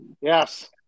Yes